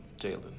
Jalen